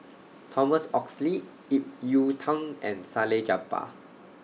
Thomas Oxley Ip Yiu Tung and Salleh Japar